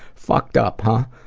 fucked up, huh?